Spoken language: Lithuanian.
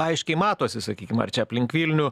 aiškiai matosi sakykim ar čia aplink vilnių